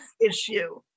issue